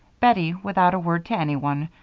bettie, without a word to anyone,